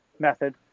method